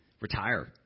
retire